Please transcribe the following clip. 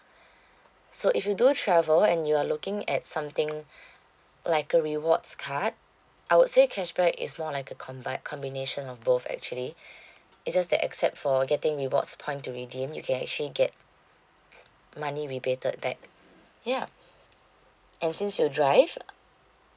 so if you do travel and you are looking at something like a rewards card I would say cashback is more like a combin~ combination of both actually it's just that except for getting rewards point to redeem you can actually get money rebated back ya and since you drive